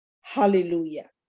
hallelujah